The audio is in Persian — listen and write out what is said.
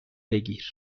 بگیر